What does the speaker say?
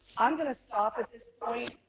i'm gonna stop at this point.